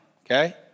okay